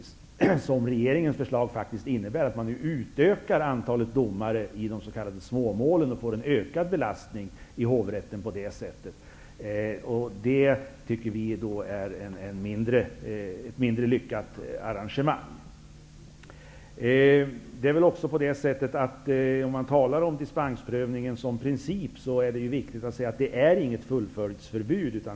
Regeringens förslag innebär att man nu utökar antalet domare i de s.k. småmålen. Man får på det sättet en ökad belastning i hovrätten. Det tycker vi är ett mindre lyckat arrangemang. När man talar om dispensprövningen som princip är det viktigt att säga att det inte finns något fullföljdsförbud.